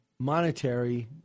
monetary